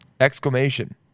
Exclamation